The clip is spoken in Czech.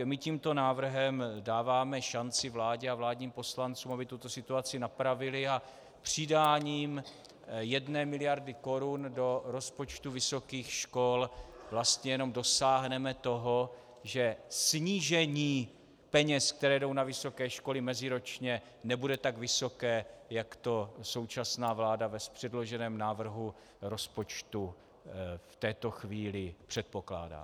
My tímto návrhem dáváme šanci vládě a vládním poslancům, aby tuto situaci napravili, a přidáním jedné miliardy korun do rozpočtu vysokých škol vlastně jenom dosáhneme toho, že snížení peněz, které jdou na vysoké školy meziročně, nebude tak vysoké, jak to současná vláda v předloženém návrhu rozpočtu v této chvíli předpokládá.